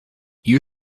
you